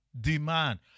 demand